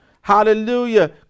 Hallelujah